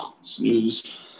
Snooze